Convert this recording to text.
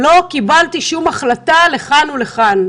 לא קיבלתי שום החלטה לכאן או לכאן,